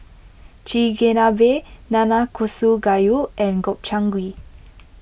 Chigenabe Nanakusa Gayu and Gobchang Gui